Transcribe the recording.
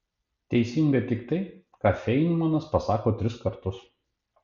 teisinga tik tai ką feinmanas pasako tris kartus